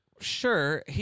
Sure